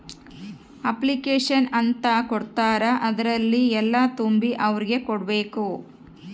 application ಅಂತ ಕೊಡ್ತಾರ ಅದ್ರಲ್ಲಿ ಎಲ್ಲ ತುಂಬಿ ಅವ್ರಿಗೆ ಕೊಡ್ಬೇಕು